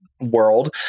world